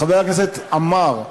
חבר הכנסת עמאר.